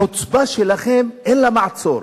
החוצפה שלכם, אין לה מעצור.